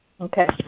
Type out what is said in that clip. Okay